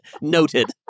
Noted